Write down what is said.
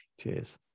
Cheers